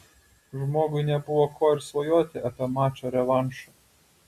žmogui nebuvo ko ir svajoti apie mačą revanšą